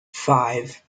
five